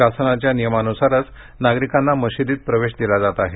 शासनाच्या नियमानुसारच नागरिकांना मशिदीत प्रवेश दिले जात आहे